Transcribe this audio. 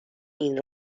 این